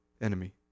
enemy